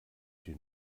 den